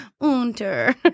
unter